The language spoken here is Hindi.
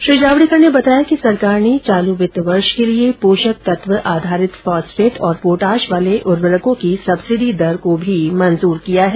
श्री जावड़ेकर ने बताया कि सरकार ने चालू वित्त वर्ष के लिए पोषक तत्व आधारित फॉस्फेट और पोटाश वाले उर्वरकों की सब्सिडी दर को भी मंजूरी दी है